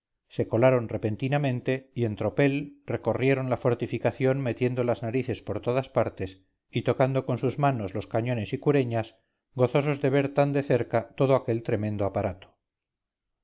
se colaron repentinamente y en tropel recorrieron la fortificación metiendo las narices por todas partes y tocando con sus manos los cañones y cureñas gozosos de ver tan de cerca todo aquel tremendo aparato